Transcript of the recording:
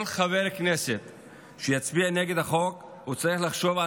כל חבר כנסת שיצביע נגד החוק צריך לחשוב על